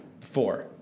four